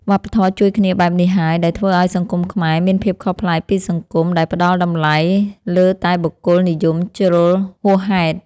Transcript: វប្បធម៌ជួយគ្នាបែបនេះហើយដែលធ្វើឱ្យសង្គមខ្មែរមានភាពខុសប្លែកពីសង្គមដែលផ្តល់តម្លៃលើតែបុគ្គលនិយមជ្រុលហួសហេតុ។